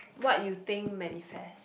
what you think manifests